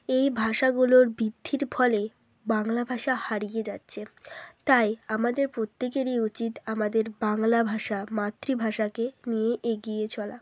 এই ভাষাগুলোর বৃদ্ধির ফলে বাংলা ভাষা হারিয়ে যাচ্ছে তাই আমাদের প্রত্যেকেরই উচিত আমাদের বাংলা ভাষা মাতৃভাষাকে নিয়ে এগিয়ে চলা